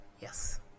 Yes